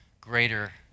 greater